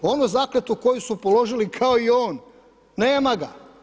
Onu zakletvu koju su položili kao i on, nema ga.